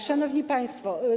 Szanowni Państwo!